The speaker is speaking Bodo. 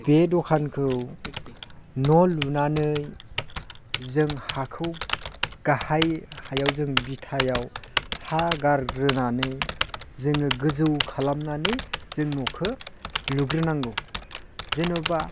बे दखानखौ न' लुनानै जों हाखौ गाहाइ हायाव जों बिथायाव हा गारग्रोनानै जोङो गोजौ खालामनानै जों न'खो लुग्रोनांगौ जेन'बा